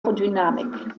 aerodynamik